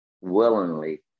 willingly